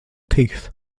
teeth